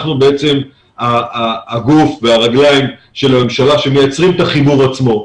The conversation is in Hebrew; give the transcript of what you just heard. אנחנו בעצם הגוף והרגליים של הממשלה שמייצרים את החיבור עצמו.